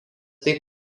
taip